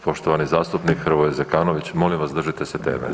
Poštovani zastupnik Hrvoje Zekanović, molim vas, držite se teme.